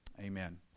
Amen